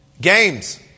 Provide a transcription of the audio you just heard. Games